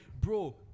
bro